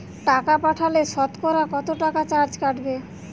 টাকা পাঠালে সতকরা কত টাকা চার্জ কাটবে?